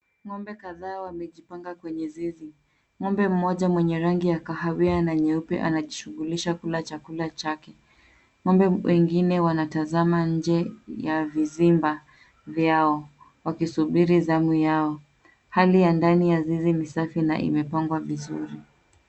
Ng'ombe kadhaa wamejipanga kwenye zizi .Ng'ombe mmoja mwenye rangi ya kahawia na nyeupe anajishughulisha kula chakula chake.Ng'ombe wengine wanatazama nje ya vizimba vyao wakisubiri zamu yao. Hali ya ndani ya zizi ni safi na imepangwa vizuri.